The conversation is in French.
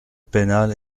pénal